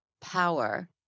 power